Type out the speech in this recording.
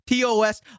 TOS